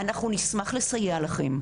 אנחנו נשמח לסייע לכם,